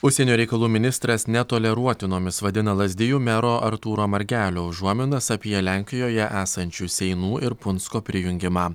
užsienio reikalų ministras netoleruotinomis vadina lazdijų mero artūro margelio užuominas apie lenkijoje esančių seinų ir punsko prijungimą